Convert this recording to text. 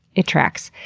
it tracks.